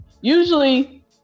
usually